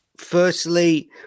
Firstly